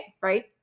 right